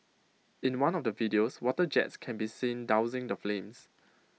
in one of the videos water jets can be seen dousing the flames